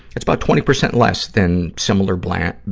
it's about twenty percent less than similar bland,